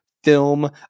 film